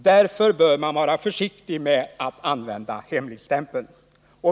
Därför bör man vara försiktig med att använda hemligstämpeln.